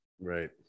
right